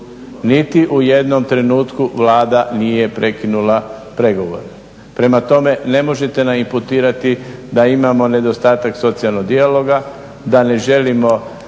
niti u jednom trenutku Vlada nije prekinula pregovore. Prema tome, ne možete nam imputirati da imamo nedostatak socijalnog dijaloga, da ne želimo